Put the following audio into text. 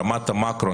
ברמת המקרו,